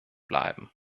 bleiben